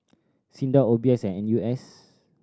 SINDA O B S and N U S